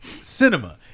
cinema